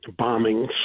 bombings